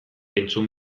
entzun